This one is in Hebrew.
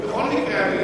בכל מקרה,